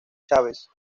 chávez